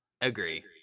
Agree